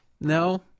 No